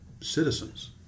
citizens